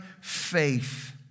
faith